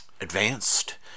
advanced